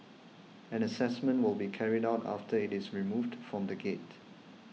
an assessment will be carried out after it is removed from the gate